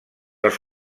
els